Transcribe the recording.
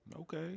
Okay